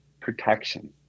protection